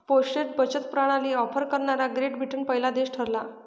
postage बचत प्रणाली offer करणारा ग्रेट ब्रिटन पहिला देश ठरला